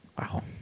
wow